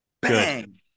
Bang